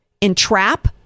entrap